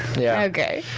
yeah. okay.